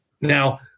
Now